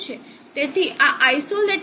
તેથી આ isolated supply છે તો જ તે કાર્ય કરશે